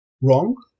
wrong